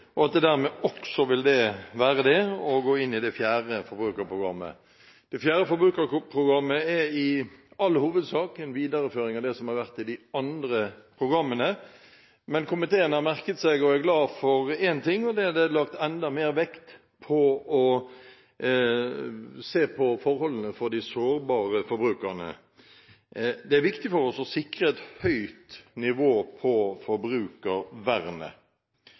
og at det dermed også vil være en styrke å gå inn i det fjerde forbrukerprogrammet. Det fjerde forbrukerprogrammet er i all hovedsak en videreføring av det som har vært i de andre programmene, men komiteen har merket seg og er glad for én ting, og det er at det er lagt enda mer vekt på å se på forholdene for de sårbare forbrukerne. Det er viktig for oss å sikre et høyt nivå på forbrukervernet.